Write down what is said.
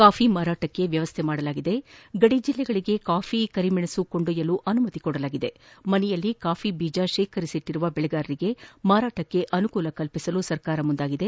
coffee ಮಾರಾಟಕ್ಕೆ ವ್ಯವಸ್ಥೆ ಮಾಡಲಾಗಿದ್ದು ಗಡಿ ಜಿಲ್ಲೆಗಳಿಗೆ ಕಾಫಿ ಕರಿಮೆಣಸು ಕೊಂಡೊಯ್ಯಲು ಅನುಮತಿ ನೀಡಲಾಗಿದೆ ಮನೆಯಲ್ಲಿ ಕಾಪಿಬೀಭ ಶೇಖರಿಸಿಟ್ಲ ಬೆಳಗಾರರಿಗೆ ಮಾರಾಟಕ್ಕೆ ಅನುಕೂಲ ಕಲ್ಪಿಸಲು ಸರ್ಕಾರ ಮುಂದಾಗಿದೆ